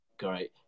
Great